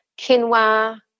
quinoa